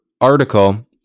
article